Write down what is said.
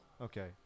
Okay